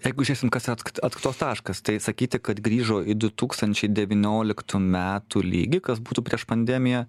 jeigu žiūrėsim kas yra atskaitos taškas tai sakyti kad grįžo į du tūkstančiai devynioliktų metų lygį kas būtų prieš pandemiją